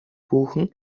buchen